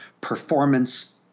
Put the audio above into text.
performance